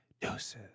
doses